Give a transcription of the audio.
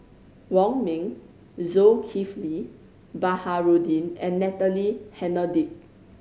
Wong Ming Zulkifli Baharudin and Natalie Hennedige